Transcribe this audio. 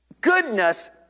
goodness